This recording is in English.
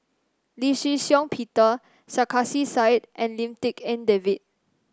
Lee Shih Shiong Peter Sarkasi Said and Lim Tik En David